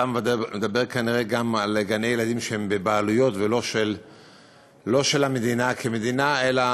אתה מדבר כנראה גם על גני-ילדים שהם לא בבעלות של המדינה כמדינה אלא